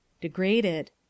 Degraded